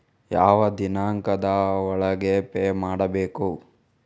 ಯಾವ ದಿನಾಂಕದ ಒಳಗೆ ಪೇ ಮಾಡಬೇಕು?